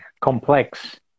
complex